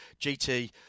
GT